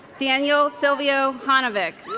daniel silvio honovic